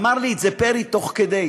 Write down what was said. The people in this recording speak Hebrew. אמר לי את זה פרי תוך כדי,